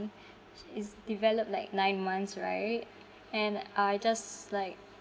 which is developed like nine months right and I just like